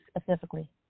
specifically